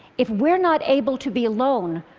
if we're not able to be alone,